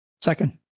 Second